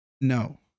No